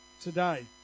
today